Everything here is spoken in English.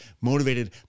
Motivated